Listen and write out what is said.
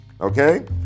Okay